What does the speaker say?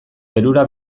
perura